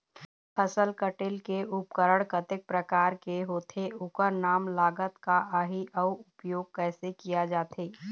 फसल कटेल के उपकरण कतेक प्रकार के होथे ओकर नाम लागत का आही अउ उपयोग कैसे किया जाथे?